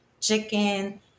Chicken